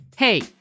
Hey